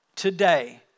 Today